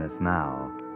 now